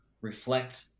reflect